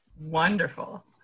Wonderful